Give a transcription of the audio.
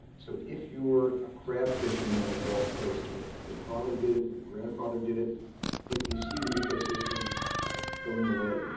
so if you were a crab fishermen on the gulf coast and if your father did it, and your grandfather did it but you see the ecosystem going away,